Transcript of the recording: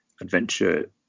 adventure